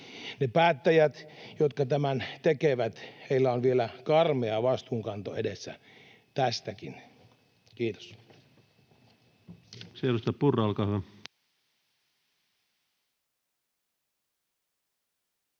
päättäjillä, jotka tämän tekevät, on vielä karmea vastuunkanto edessään tästäkin. — Kiitos.